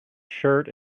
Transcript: shirt